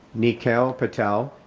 neacail patel,